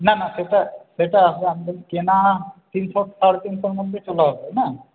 না না সেটা সেটা কেনা তিনশো সাড়ে তিনশোর মধ্যে চলে আসবে না